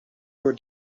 your